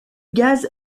gaz